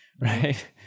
right